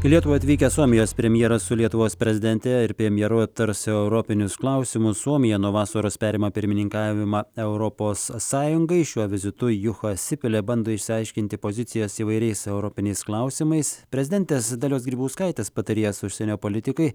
į lietuvą atvykęs suomijos premjeras su lietuvos prezidente ir premjeru aptars europinius klausimus suomija nuo vasaros perima pirmininkavimą europos sąjungai šiuo vizitu jucha sipilė bando išsiaiškinti pozicijas įvairiais europiniais klausimais prezidentės dalios grybauskaitės patarėjas užsienio politikai